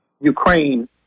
Ukraine